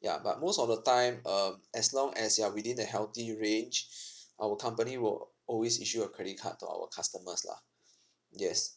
ya but most of the time um as long as you are within the healthy range our company will always issue a credit card to our customers lah yes